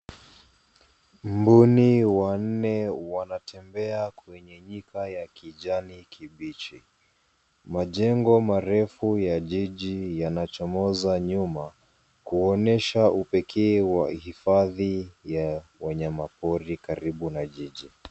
Mbuni wanne wanatembea kwenye nyika ya kijani kibichi. Majengo marefu ya jiji yanachomoza nyuma kuonyesha upekee wa hifadhi wa wanyama pori karibu na jiji.